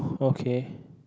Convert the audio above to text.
okay